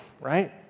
right